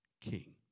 king